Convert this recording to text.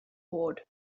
forward